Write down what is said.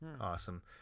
Awesome